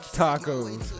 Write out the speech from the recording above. tacos